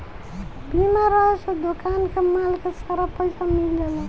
बीमा रहे से दोकान के माल के सारा पइसा मिल जाला